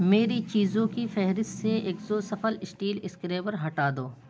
میری چیزوں کی فہرست سے ایکسو سفل اسٹیل اسکریبر ہٹا دو